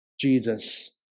Jesus